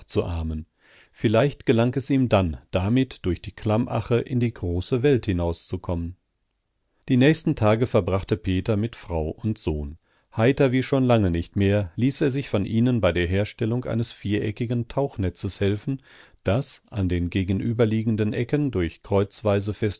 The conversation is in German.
fische nachzuahmen vielleicht gelang es ihm dann damit durch die klamm ache in die große welt hinauszukommen die nächsten tage verbrachte peter mit frau und sohn heiter wie schon lange nicht mehr ließ er sich von ihnen bei der herstellung eines viereckigen tauchnetzes helfen das an den gegenüberliegenden ecken durch